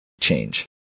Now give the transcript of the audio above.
change